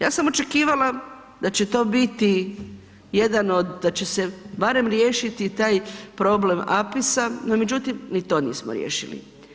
Ja sam očekivala da će to biti, jedan od, da će se barem riješiti taj problem Apisa, no međutim ni to nismo riješili.